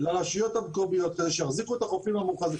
לרשויות המקומיות כדי שיחזיקו את החופים המקומיים.